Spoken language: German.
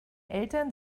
eltern